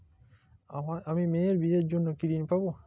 আমি মেয়ের বিয়ের জন্য কি ঋণ পাবো?